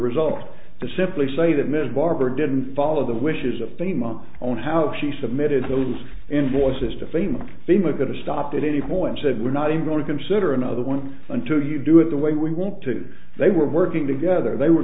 result to simply say that ms barbour didn't follow the wishes of the month on how she submitted those invoices to famous fema going to stop at any point said we're not even going to consider another one until you do it the way we want to they were working together they were